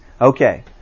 Okay